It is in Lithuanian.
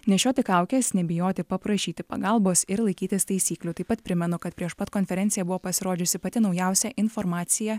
nešioti kaukes nebijoti paprašyti pagalbos ir laikytis taisyklių taip pat primenu kad prieš pat konferenciją buvo pasirodžiusi pati naujausia informacija